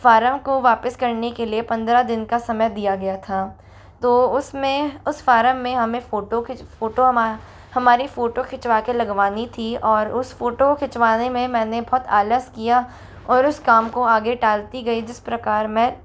form को वापस करने के लिए पंद्रह दिन का समय दिया गया था तो उसमें उस फारम में हमें फ़ोटो खींच फ़ोटो हमा हमारी फ़ोटो खिंचवा कर लगवानी थी और उस फ़ोटो खिचवाने में मैंने बहुत आलस किया और उस काम को आगे टालती गई जिस प्रकार मैं